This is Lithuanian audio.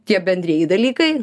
tie bendrieji dalykai